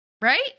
right